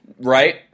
right